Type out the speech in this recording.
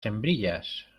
hembrillas